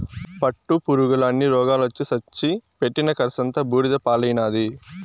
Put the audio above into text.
పట్టుపురుగుల అన్ని రోగాలొచ్చి సచ్చి పెట్టిన కర్సంతా బూడిద పాలైనాది